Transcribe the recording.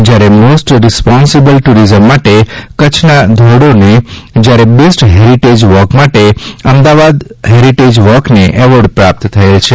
જ્યારે most responsible tourism માટે કચ્છના ઘોરડોને જ્યારે બેસ્ટ હેરિટે વોક માટે અમદાવાદ હેરિટે વોકને એવોર્ડ પ્રાપ્ત થયેલ છે